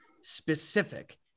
specific